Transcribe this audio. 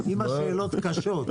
אם השאלות קשות.